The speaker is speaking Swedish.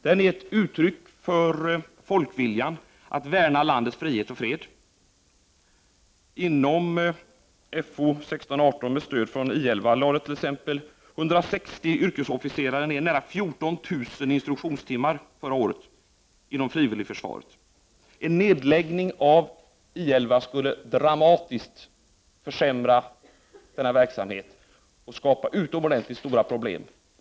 Den är ett uttryck för folkviljan att värna landets frihet och fred. Inom Fo16/18 med stöd från I 11 lade exempelvis 160 yrkesofficerare förra året ned nära 14 000 instruktionstimmar inom frivilligförsvaret. En nedläggning av I 11 skulle dramatiskt försämra denna verksamhet och skapa utomordentligt stora problem.